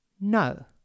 No